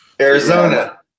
Arizona